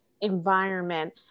environment